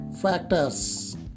factors